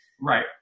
right